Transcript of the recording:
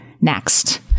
next